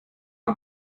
mal